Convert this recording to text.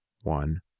one